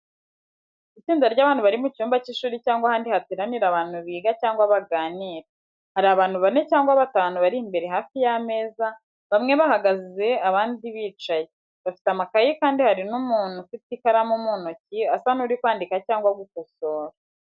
Itsinda ry’abantu bari mu cyumba cy’ishuri cyangwa ahandi hateranira abantu biga cyangwa baganira. Hari abantu bane cyangwa batanu bari imbere bari hafi y’ameza, bamwe bahagaze abandi bicaye. Bafite amakaye kandi hari n’umuntu ufite ikaramu mu ntoki asa n’uri kwandika cyangwa gukosora.